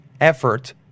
effort